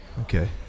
Okay